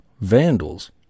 vandals